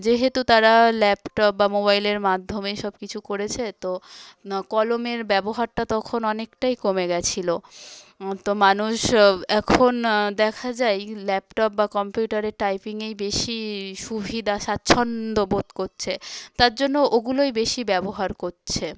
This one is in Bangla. যেহেতু তারা ল্যাপটপ বা মোবাইলের মাধ্যমে সব কিছু করেছে তো কলমের ব্যবহারটা তখন অনেকটাই কমে গিয়েছিল তো মানুষ এখন দেখা যায় ল্যাপটপ বা কম্পিউটারে টাইপিংয়েই বেশি সুবিধা স্বাচ্ছন্দ্য বোধ করছে তার জন্য ওগুলোই বেশি ব্যবহার করছে